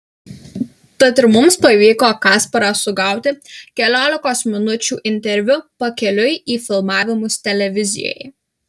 tad ir mums pavyko kasparą sugauti keliolikos minučių interviu pakeliui į filmavimus televizijoje